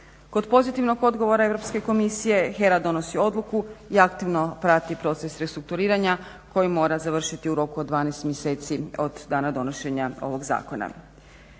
Kod pozitivnog odgovora Europske komisije HERA donosi odluku i aktivno prati proces restrukturiranja koji mora završiti u roku od 12 mjeseci od dana donošenja ovog zakona.